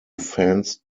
fans